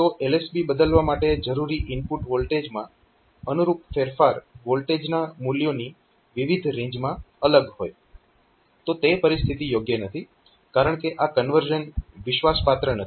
તો LSB બદલવા માટે જરૂરી ઇનપુટ વોલ્ટેજમાં અનુરૂપ ફેરફાર વોલ્ટેજના મૂલ્યોની વિવિધ રેન્જમાં અલગ હોય તો તે પરિસ્થિતિ યોગ્ય નથી કારણકે આ કન્વર્ઝન વિશ્વાસપાત્ર નથી